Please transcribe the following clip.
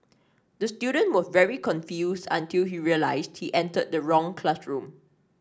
the student was very confused until he realised he entered the wrong classroom